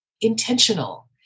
intentional